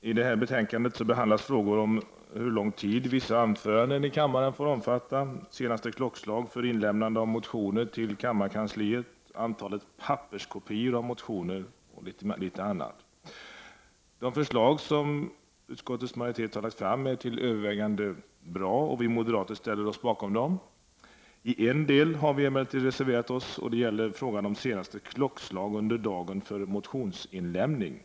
I betänkandet KU37 behandlas frågor om hur lång tid vissa anföranden får omfatta, senaste klockslag för inlämnande av motioner till kammarkansliet, antalet papperskopior av motioner och litet annat. De förslag som utskottet har lagt fram är till övervägande del bra, och vi moderater ställer oss bakom dem. På en punkt har vi emellertid reserverat oss, och det gäller frågan om senaste klockslag under dagen för motionsinlämning.